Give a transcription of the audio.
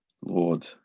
Lord